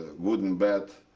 wooden bed,